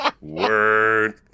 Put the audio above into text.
Word